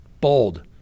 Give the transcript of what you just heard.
Bold